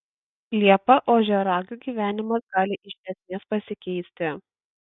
liepą ožiaragių gyvenimas gali iš esmės pasikeisti